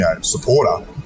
supporter